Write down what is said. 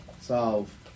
solve